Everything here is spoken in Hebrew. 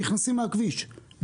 נכנסים מהכביש,